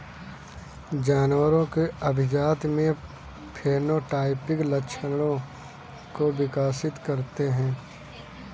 जानवरों की अभिजाती में फेनोटाइपिक लक्षणों को विकसित करते हैं